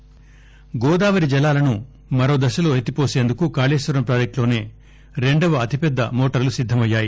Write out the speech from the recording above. గోదావరి జలాలు గోదావరి జలాలను మరో దశలో ఎత్తిపోసందుకు కాళేశ్వరం ప్రాజెక్టులోసే రెండో అతిపెద్ద మోటర్లు సిద్దమయ్యాయి